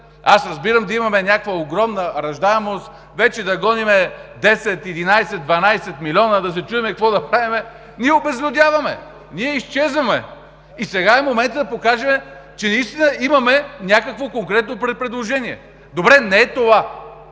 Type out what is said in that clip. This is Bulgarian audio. Разбирам, да имаме някаква огромна раждаемост, вече да гоним 10, 11, 12 милиона, да се чудим какво да правим… Ние обезлюдяваме! Ние изчезваме! Сега е моментът да покажем, че наистина имаме някакво конкретно предложение. Добре, не това…